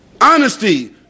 Honesty